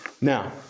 Now